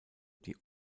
die